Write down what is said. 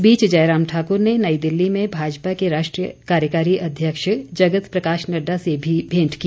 इस बीच जयराम ठाकुर ने नई दिल्ली में भाजपा के राष्ट्रीय कार्यकारी अध्यक्ष जगत प्रकाश नड़डा से भी भेंट की